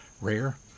rare